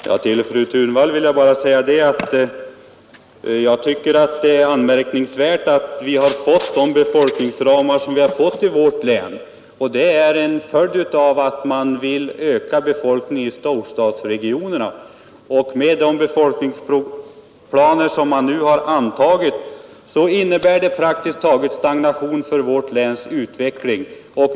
Herr talman! Till fru Thunvall vill jag bara säga att jag tycker att det är anmärkningsvärt att vi fått de befolkningsramar som uppsatts för vårt län. Det är en följd av att man vill öka befolkningen i storstadsregionerna. Med de befolkningsplaner man nu har antagit innebär det praktiskt taget stagnation för vårt läns utveckling.